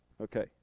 Okay